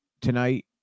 tonight